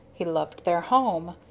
he loved their home,